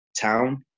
town